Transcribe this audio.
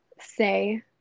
say